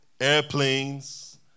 Airplanes